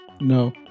No